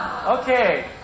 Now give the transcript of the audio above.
Okay